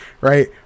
right